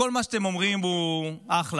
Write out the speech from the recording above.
כל מה שאתם אומרים הוא אחלה,